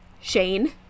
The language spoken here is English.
shane